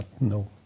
no